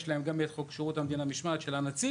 וגם לפי חוק שירות המדינה (משמעת) של הנציב